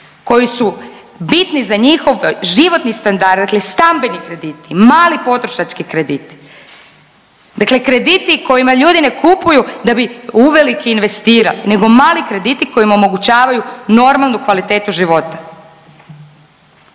koji su bitni za njihov životni standard, dakle stambeni krediti, mali potrošački krediti, dakle krediti kojima ljudi ne kupuju da bi uvelike investirali nego mali krediti koji im omogućavaju normalnu kvalitetu života.